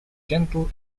gentle